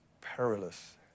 perilous